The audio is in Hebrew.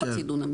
לא חצי דונם,